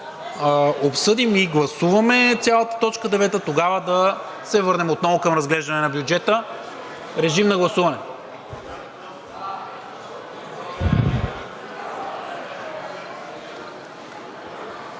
обсъдим и гласуваме цялата точка девета, тогава да се върнем отново към разглеждане на бюджета. Гласували